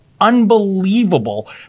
unbelievable